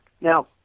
Now